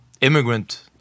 immigrant